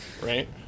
Right